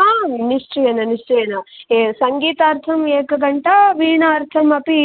हा निश्चयेन निश्चयेन सङ्गीतार्थम् एकघण्टा वीणार्थमपि